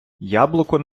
яблуко